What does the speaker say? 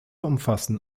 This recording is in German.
umfassen